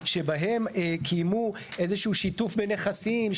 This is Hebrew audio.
שבהם קיימו איזה שהוא שיתוף בנכסים,